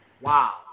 Wow